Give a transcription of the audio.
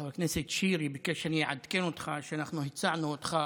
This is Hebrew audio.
חבר הכנסת שירי ביקש שאני אעדכן אותך שאנחנו הצענו אותך,